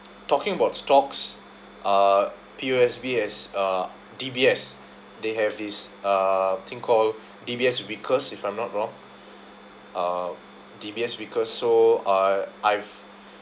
talking about stocks uh P_O_S_B has uh D_B_S they have this uh thing called D_B_S because if I'm not wrong uh D_B_S because so I I've